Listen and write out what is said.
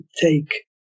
Take